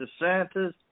DeSantis